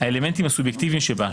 האלמנטים הסובייקטיביים שבה,